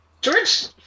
George